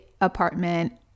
apartment